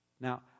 Now